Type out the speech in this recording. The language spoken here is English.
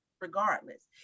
regardless